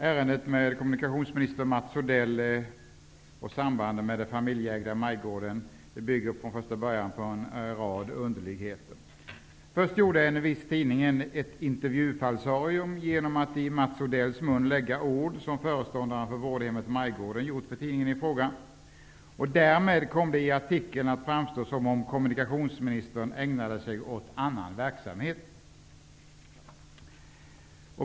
Herr talman! Ärendet beträffande Mats Odell och sambanden med det familjeägda Majgården bygger från första början på en rad underligheter. Först gjorde en viss tidning ett intervjufalsarium genom att i Mats Odells mun lägga ord, som föreståndaren för vårdhemmet Majgården uttalat för tidningen i fråga. Därmed kom det i artikeln att framstå som om kommunikationsministern ägnade sig åt ''annan verksamhet''.